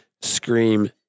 scream